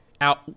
out